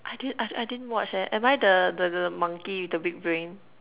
I didn't I I didn't watch leh am I the the the monkey with the big brain